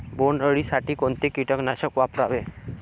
बोंडअळी साठी कोणते किटकनाशक वापरावे?